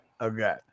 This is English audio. Okay